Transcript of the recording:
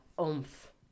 oomph